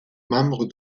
membre